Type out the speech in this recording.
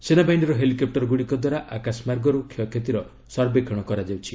ସେନାବାହିନୀର ହେଲିକପୂରଗୁଡ଼ିକ ଦ୍ୱାରା ଆକାଶମାର୍ଗରୁ କ୍ଷୟକ୍ଷତିର ସର୍ବେକ୍ଷଣ କରାଯାଉଛି